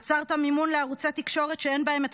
עצרת מימון לערוצי תקשורת שאין בהם את